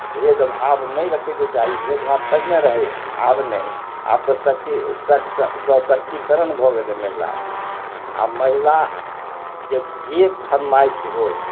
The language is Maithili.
भेदभाव नहि रखयके चाही भेदभाव पहिने रहय आब नहि आब सशक्तिसँ सशक्तिकरण भऽ गेलय महिला आब महिलाके जे फरमाइश होइ